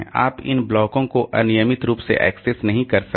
आप इन ब्लॉकों को अनियमित रूप से एक्सेस नहीं कह सकते